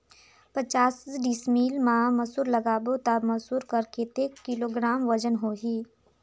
पचास डिसमिल मा मसुर लगाबो ता मसुर कर कतेक किलोग्राम वजन होही?